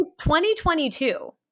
2022